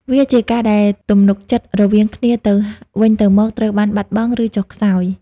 វាជាការដែលទំនុកចិត្តរវាងគ្នាទៅវិញទៅមកត្រូវបានបាត់បង់ ឬចុះខ្សោយ។